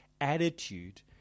attitude